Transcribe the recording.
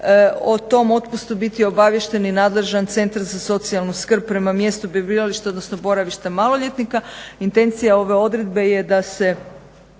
o tom otpustu biti obaviješten i nadležan centar za socijalnu skrb prema mjestu prebivališta odnosno boravišta maloljetnika. Intencija ove odredbe je da se